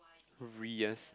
Reyes